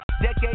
Decade